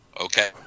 okay